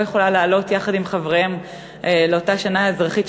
יכולים לעלות יחד עם חבריהם לאותה שנה אזרחית,